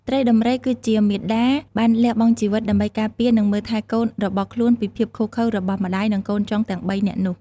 ត្រីដំរីគឺជាមាតាបានលះបង់ជីវិតដើម្បីការពារនិងមើលថែកូនរបស់ខ្លួនពីភាពឃោរឃៅរបស់ម្តាយ និងកូនចុងទាំង៣នាក់នោះ។